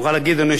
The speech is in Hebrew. אדוני היושב-ראש,